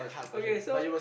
okay so